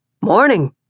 Morning